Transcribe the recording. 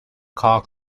car